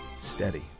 Steady